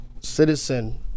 Citizen